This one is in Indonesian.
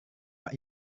pak